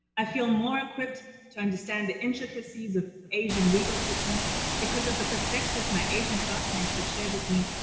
i feel more equipped to understand the intricacies of asian legal systems because of the perspective my asian classmates have shared with me,